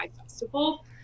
festival